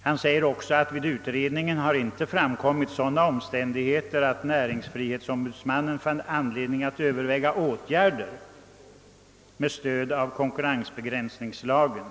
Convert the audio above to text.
Han framhåller också att det vid den utredningen inte framkom sådana omständigheter att näringsfrihetsombudsmannen fann anledning att överväga åtgärder med stöd av konkurrensbegräns ningslagen.